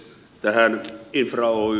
tähän infra oy